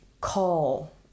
call